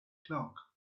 clock